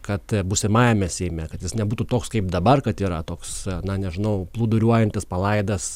kad būsimajame seime kad jis nebūtų toks kaip dabar kad yra toks na nežinau plūduriuojantis palaidas